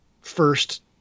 first